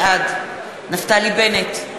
בעד נפתלי בנט,